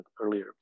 earlier